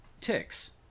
Tick's